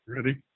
Ready